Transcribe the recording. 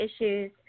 issues